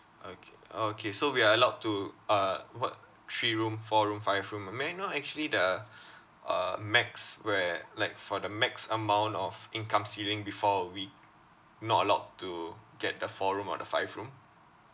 okay okay so we are allowed to uh what three room four room five room uh may I know actually the uh max where like for the max amount of income ceiling before we not allowed to get the four room or the five room